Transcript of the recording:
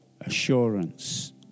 assurance